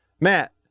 Matt